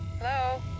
Hello